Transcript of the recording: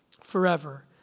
forever